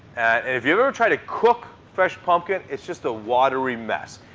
and if you've ever tried to cook fresh pumpkin, it's just a watery mess.